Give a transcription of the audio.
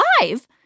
live